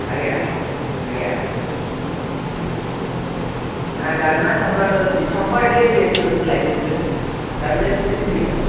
ଆଜ୍ଞା ଆଜ୍ଞା ନାଁ ଡାଲମା ସମ୍ବର ଦେଉଛନ୍ତି ସମ୍ବର ଟିକେ ଏଠି ବେଶି ଲୋକ ଲାଇକ୍ କରୁଛନ୍ତି ଡାଲମା ବି ଖୋଜିଲେ ମିଳିବ